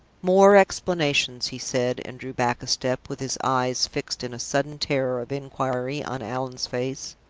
more explanations! he said, and drew back a step, with his eyes fixed in a sudden terror of inquiry on allan's face.